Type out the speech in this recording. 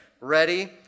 Ready